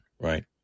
right